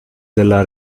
della